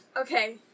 Okay